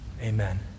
Amen